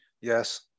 yes